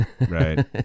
Right